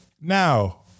Now